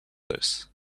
this